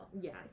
Yes